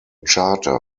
charter